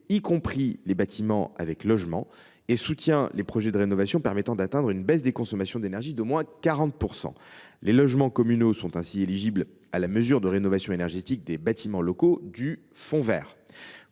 y compris les bâtiments avec logements, et soutient les projets de rénovation permettant d’atteindre une baisse des consommations d’énergie d’au moins 40 %. Les logements communaux sont ainsi éligibles à la mesure de rénovation énergétique des bâtiments locaux du fonds vert.